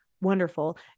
wonderful